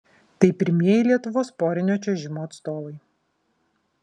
tai pirmieji lietuvos porinio čiuožimo atstovai